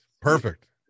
Perfect